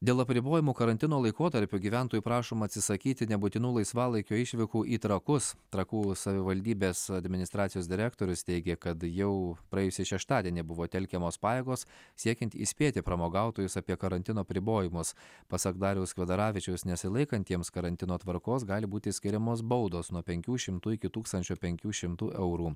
dėl apribojimų karantino laikotarpiu gyventojų prašoma atsisakyti nebūtinų laisvalaikio išvykų į trakus trakų savivaldybės administracijos direktorius teigė kad jau praėjusį šeštadienį buvo telkiamos pajėgos siekiant įspėti pramogautojus apie karantino apribojimus pasak dariaus kvedaravičiaus nesilaikantiems karantino tvarkos gali būti skiriamos baudos nuo penkių šimtų iki tūkstančio penkių šimtų eurų